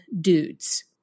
dudes